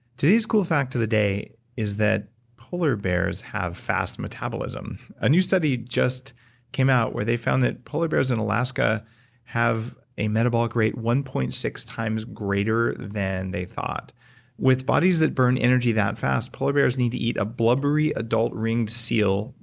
today's cool fact of the day is that polar bears have fast metabolism. a new study just came out where they found that polar bears in alaska have a metabolic rate one point six times greater than they thought with bodies that burn energy that fast, polar bears need to eat a blubbery adult ringed seal,